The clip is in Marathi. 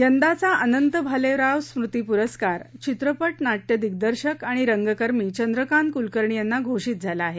यंदाचा अनंत भालेराव स्मृती पुरस्कार चित्रपट नाट्य दिग्दर्शक आणि रंगकर्मी चंद्रकांत कुलकर्णी यांना घोषित झाला आहे